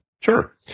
Sure